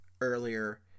earlier